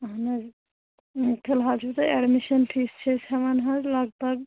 اہن حظ فِلحال چھُو تۄہہِ ایٚڈمِشَن فیٖس چھِ أسۍ ہیٚوان حظ لَگ بَگ